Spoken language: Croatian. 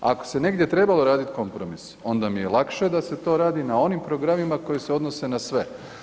Ako se negdje trebalo raditi kompromis onda mi je lakše da se to radi na onim programima koji se odnose na sve.